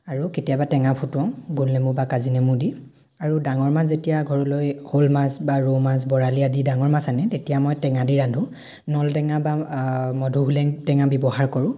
আৰু কেতিয়াবা টেঙা ফটুৱাও গোল নেমু বা কাজি নেমু দি আৰু ডাঙৰ মাছ যেতিয়া ঘৰলৈ শ'ল মাছ বা ৰৌ মাছ বৰালি আদি ডাঙৰ মাছ আনে তেতিয়া মই টেঙা দি ৰান্ধো নল টেঙা বা মধুসুলেং টেঙা ব্য়ৱহাৰ কৰোঁ